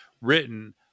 written